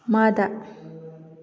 ꯃꯥꯗ